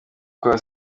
kwa